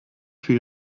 für